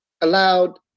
allowed